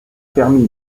permis